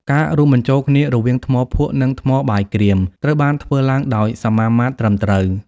ការរួមបញ្ចូលគ្នារវាងថ្មភក់ និងថ្មបាយក្រៀមត្រូវបានធ្វើឡើងដោយសមាមាត្រត្រឹមត្រូវ។